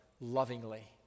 lovingly